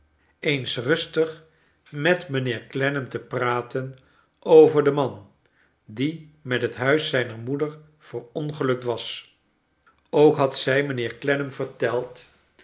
eens rustig met mijnheer clennam te praten over den man die met het huis zijcer moeder verongelukt was ook had zij mijnheer clennam verteld